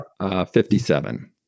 57